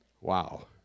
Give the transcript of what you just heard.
Wow